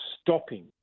stopping